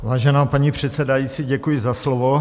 Vážená paní předsedající, děkuji za slovo.